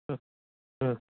ம் ம்